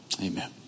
amen